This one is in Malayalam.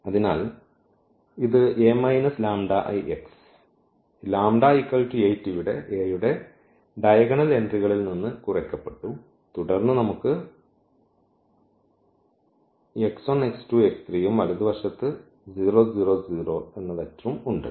അതിനാൽ ഇത് അതിനാൽ ഈ λ 8 ഇവിടെ A യുടെ ഡയഗണൽ എൻട്രികളിൽ നിന്ന് കുറയ്ക്കപ്പെട്ടു തുടർന്ന് നമുക്ക് ഉം വലതുവശത്ത് ഈ വെക്റ്ററും ഉണ്ട്